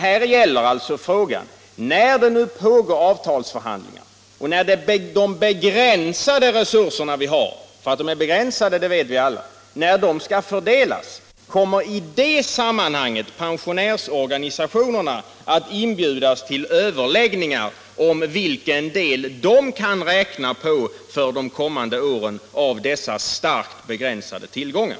Här gäller alltså frågan: När det nu pågår avtalsförhandlingar och de begränsade resurser vi har — att de är begränsade vet vi alla — skall fördelas, kommer pensionärsorganisationerna i det sammanhanget att inbjudas till överläggningar om vilken del de kan räkna på för de kommande åren av dessa starkt begränsade tillgångar?